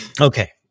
Okay